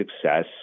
success